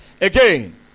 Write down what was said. Again